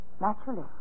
Naturally